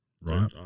right